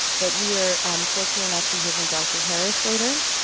but we are fortunate enough to hear from dr. harris later.